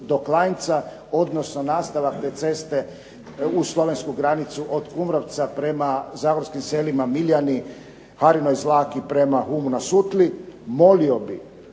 do Klanjca, odnosno nastavak te ceste uz slovensku granicu od Kumrovca prema zagorskim selima Miljani, … /Govornik se ne razumije./… i prema Hum na Sutli, molio bih